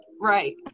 Right